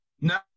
No